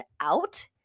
out